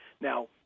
Now